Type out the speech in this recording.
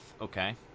Okay